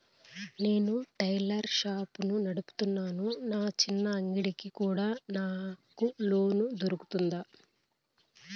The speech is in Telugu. నేను టైలర్ షాప్ నడుపుతున్నాను, నా చిన్న అంగడి కి కూడా నాకు లోను దొరుకుతుందా?